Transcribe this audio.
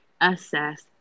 assess